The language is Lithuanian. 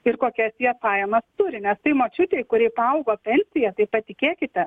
ir kokias jie pajamas turi nes tai močiutei kuriai paaugo pensija tai patikėkite